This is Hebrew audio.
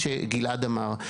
הזה.